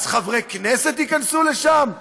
אז חברי כנסת ייכנסו לשם?